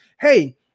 Hey